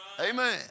Amen